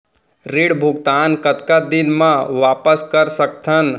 ऋण भुगतान कतका दिन म वापस कर सकथन?